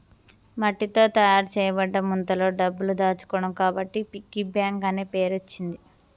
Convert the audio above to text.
మట్టితో తయారు చేయబడ్డ ముంతలో డబ్బులు దాచుకోవడం కాబట్టి పిగ్గీ బ్యాంక్ అనే పేరచ్చింది